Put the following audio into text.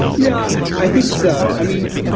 yeah, i think so. i mean,